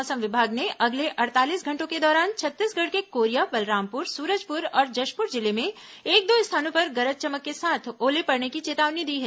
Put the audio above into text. मौसम विभाग ने अगले अड़तालीस घंटों के दौरान छत्तीसगढ़ के कोरिया बलरामपुर सूरजपुर और जशपुर जिले में एक दो स्थानों पर गरज चमक के साथ ओले पड़ने की चेतावनी दी है